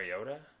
Mariota